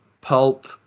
pulp